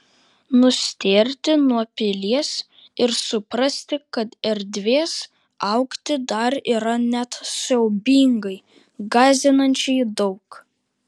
nustėrti nuo pilies ir suprasti kad erdvės augti dar yra net siaubingai gąsdinančiai daug